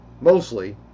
mostly